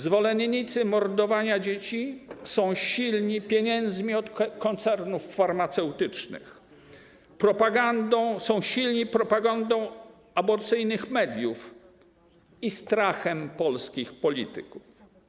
Zwolennicy mordowania dzieci są silni pieniędzmi od koncernów farmaceutycznych, są silni propagandą aborcyjnych mediów i strachem polskich polityków.